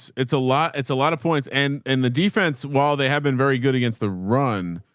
it's a lot, it's a lot of points and and the defense while they have been very good against the run,